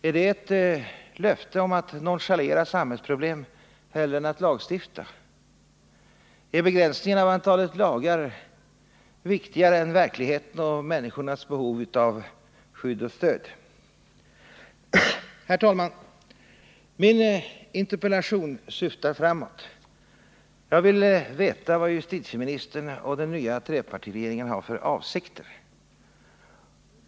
Är det ett löfte om att nonchalera samhällsproblem hellre än att lagstifta? Är begränsningen av antalet lagar viktigare än verkligheten och människornas behov av skydd och stöd? Herr talman! Min interpellation syftar framåt. Jag vill veta vad justitieministern och den nya trepartiregeringen har för avsikter.